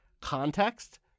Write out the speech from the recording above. context